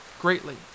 greatly